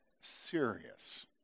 serious